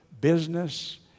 business